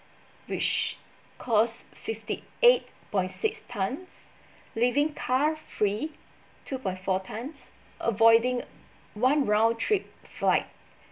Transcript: which cause fifty eight point six tonnes living car free two point four tonnes avoiding one round trip flight